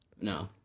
no